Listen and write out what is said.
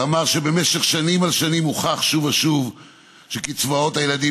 שאמר שבמשך שנים על שנים הוכח שוב ושוב שקצבאות הילדים